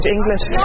English